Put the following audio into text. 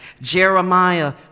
Jeremiah